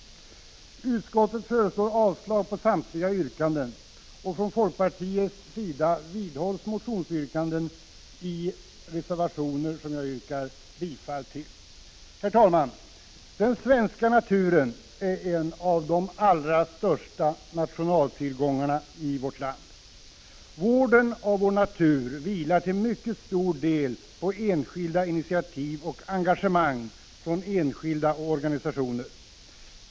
Utskottet föreslår avslag på samtliga yrkanden, men från folkpartiets sida vidhålls motionsyrkandena i reservationer, vilka jag yrkar bifall till. Herr talman! Den svenska naturen är en av våra allra största nationaltillgångar. Vården av vår natur vilar till mycket stor del på enskilda initiativ och på engagemang från enskilda och organisationer.